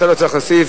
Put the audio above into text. אתה לא צריך להוסיף.